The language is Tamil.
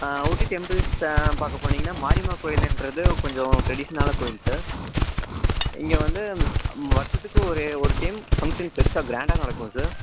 ஊட்டி டெம்பிள்ஸ் பார்க்க போனீங்கன்னா மாரியம்மா கோவிலின்றது கொஞ்சம் ட்ரெடிஷ்னலாக கோவில் சார் இங்கே வந்து வருஷத்துக்கு ஒரு ஒரு டைம் ஃபங்க்ஷன் பெருசாக கிராண்டாக நடக்கும் சார்